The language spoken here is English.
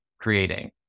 creating